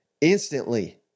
instantly